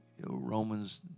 Romans